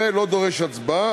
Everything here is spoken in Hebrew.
זה לא דורש הצבעה.